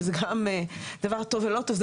שזה גם דבר טוב ולא טוב.